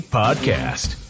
podcast